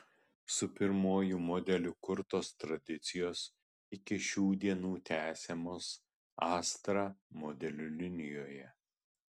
su pirmuoju modeliu kurtos tradicijos iki šių dienų tęsiamos astra modelių linijoje